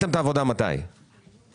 העבודה על התקנות?